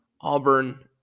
Auburn